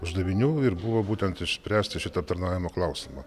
uždavinių ir buvo būtent išspręsti šitą aptarnavimo klausimą